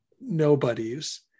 nobodies